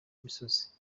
imisozi